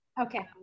Okay